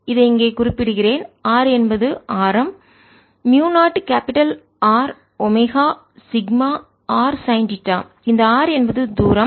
இதை இங்கே குறிப்பிடுகிறேன் R என்பது ஆரம் mu capital R omega sigma r sine theta இந்த r என்பது தூரம்